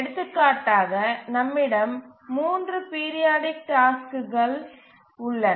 எடுத்துக்காட்டாக நம்மிடம் 3 பீரியாடிக் டாஸ்க்குகள் உள்ளன